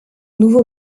nouveau